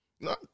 No